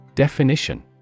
Definition